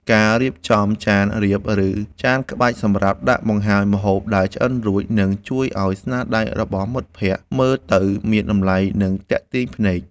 ការរៀបចំចានរាប ឬចានក្បាច់សម្រាប់ដាក់បង្ហាញម្ហូបដែលឆ្អិនរួច នឹងជួយឱ្យស្នាដៃរបស់មិត្តភក្តិមើលទៅមានតម្លៃ និងទាក់ទាញភ្នែក។